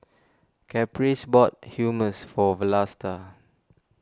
Caprice bought Hummus for Vlasta